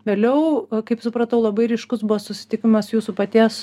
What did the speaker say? vėliau kaip supratau labai ryškus buvo susitikimas jūsų paties